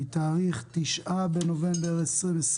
היום התשיעי בנובמבר 2021,